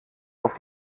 auf